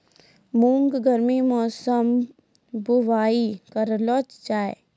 मूंग गर्मी मौसम बुवाई करलो जा?